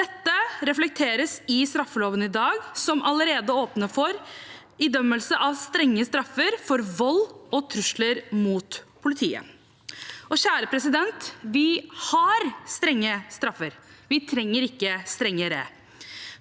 Dette reflekteres i straffeloven i dag, som allerede åpner for idømmelse av strenge straffer for vold og trusler mot politiet. Vi har strenge straffer, vi trenger ikke strengere.